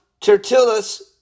Tertullus